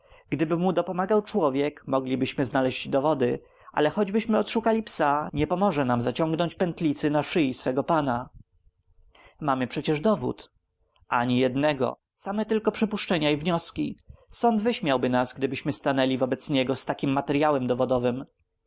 gdyby mu dopomagał człowiek moglibyśmy znaleźć dowody ale choćbyśmy odszukali psa nie pomoże nam zaciągnąć pętlicy na szyi swego pana mamy przecież dowód ani jednego same tylko przypuszczenia i wnioski sąd wyśmiałby nas gdybyśmy stanęli wobec niego z takim materyałem dowodowym